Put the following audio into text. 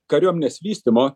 kariuomenės vystymo